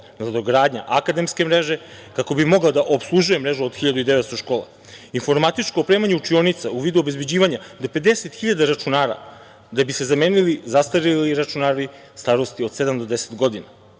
Nadogradnja akademske mreže, kako bi mogla da opslužuje mrežu od 1900 škola. Informatičko opremanje učionica u vidu obezbeđivanja do 50.000 računara da bi se zamenili zastareli računari starosti od sedam do deset godina.